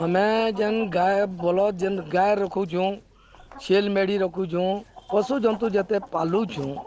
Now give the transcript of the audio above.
ଆମେ ଯେନ୍ ଗାଁ ବଲ ଯେନ୍ ଗାଈ ରଖୁଛୁଁ ଛେଲମେଣ୍ଢୀ ରଖୁଛୁଁ ପଶୁଜନ୍ତୁ ଯେତେ ପାଲୁଛୁଁ